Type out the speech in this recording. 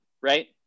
right